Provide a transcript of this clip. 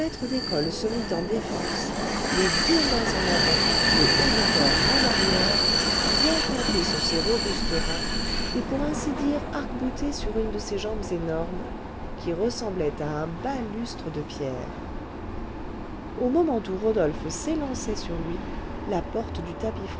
maître d'école se mit en défense les deux mains en avant le haut du corps en arrière bien campé sur ses robustes reins et pour ainsi dire arc-bouté sur une de ses jambes énormes qui ressemblait à un balustre de pierre au moment où rodolphe s'élançait sur lui la porte du